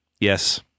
yes